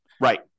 Right